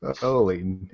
Holy